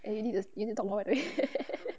eh you ne~ you need to talk more already